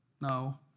No